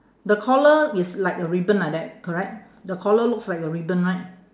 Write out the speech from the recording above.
the collar is like a ribbon like that correct the collar looks like a ribbon right